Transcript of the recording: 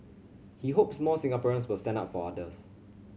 he hopes more Singaporeans will stand up for others